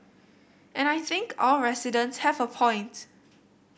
and I think our residents have a point